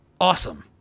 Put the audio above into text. Awesome